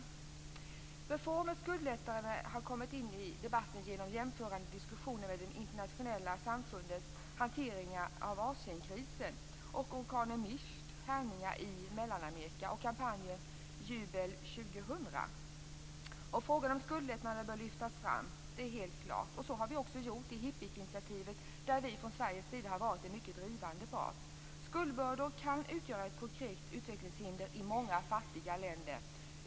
Frågan om reformer i form av skuldlättnader har kommit upp i debatten genom jämförelser gjorda i diskussioner om det internationella samfundets hantering av Asienkrisen och av orkanen Mitchs härjningar i Mellanamerika samt genom kampanjen Jubel 2000. Det är helt klart att frågan om skuldlättnader bör lyftas fram. Så har vi också gjort i HIPIC-initiativet, där Sverige har varit en mycket drivande part. Skuldbördor kan utgöra ett konkret utvecklingshinder i många fattiga länder.